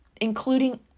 including